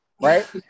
right